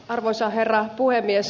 arvoisa herra puhemies